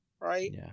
right